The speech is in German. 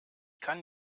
kann